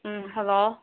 ꯎꯝ hello